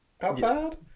Outside